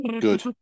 Good